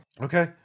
Okay